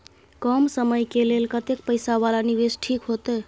कम समय के लेल कतेक पैसा वाला निवेश ठीक होते?